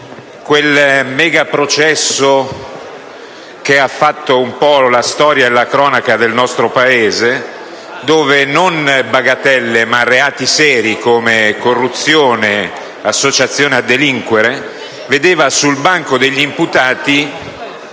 quel megaprocesso che ha fatto un po' la storia e la cronaca del nostro Paese, dove non bagatelle ma reati seri, come corruzione e associazione a delinquere, vedevano sul banco degli imputati